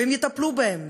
והם יטפלו בהם,